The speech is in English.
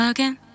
Again